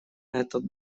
этот